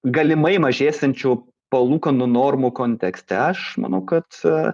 galimai mažėsiančių palūkanų normų kontekste aš manau kad